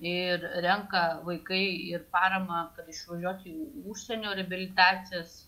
ir renka vaikai ir paramą kas išvažiuoti į užsienio reabilitacijas